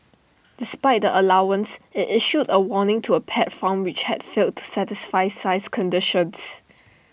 despite the allowance IT issued A warning to A pet farm which had failed to satisfy size conditions